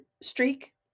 streak